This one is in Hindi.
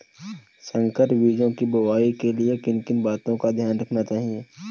संकर बीजों की बुआई के लिए किन किन बातों का ध्यान रखना चाहिए?